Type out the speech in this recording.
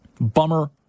Bummer